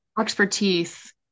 expertise